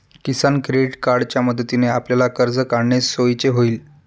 किसान credit कार्डच्या मदतीने आपल्याला कर्ज काढणे सोयीचे होईल